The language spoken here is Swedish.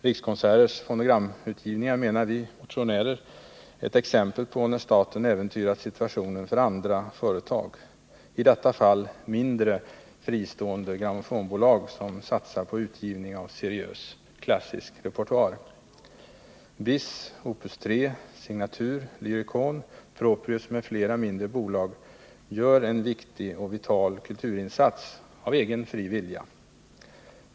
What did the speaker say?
Rikskonserters fonogramutgivningar utgör, menar vi motionärer, ett exempel på att staten äventyrat situationen för andra företag — i detta fall mindre fristående grammofonbolag som satsar på utgivning av seriös klassisk repertoar. BIS, Opus 3, Signatur, Lyricon, Proprius m.fl. mindre bolag gör en viktig och vital kulturinsats av egen fri vilja.